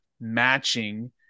matching